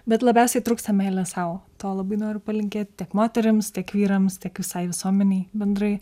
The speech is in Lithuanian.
bet labiausiai trūksta meilės sau to labai noriu palinkėt tiek moterims tiek vyrams tiek visai visuomenei bendrai